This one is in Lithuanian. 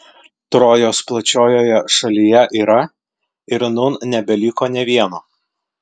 trojos plačiojoje šalyje yra ir nūn nebeliko nė vieno